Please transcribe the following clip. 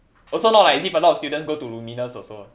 also not like as if a lot students go to lumiNUS also